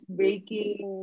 baking